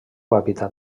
hàbitat